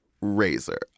razor